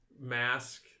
mask